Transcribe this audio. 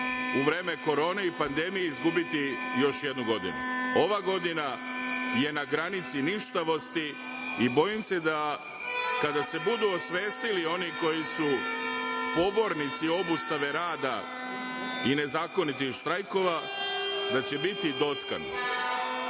u vreme korone i pandemije izgubiti još jednu godinu. Ova godina je na granici ništavosti i bojim se da kada se budu osvestili oni koji su pobornici obustave rada i nezakonitih štrajkova, da će biti dockan. Pozivam